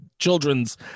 children's